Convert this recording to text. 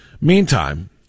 Meantime